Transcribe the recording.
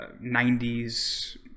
90s